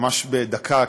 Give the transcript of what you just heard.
ממש דקה,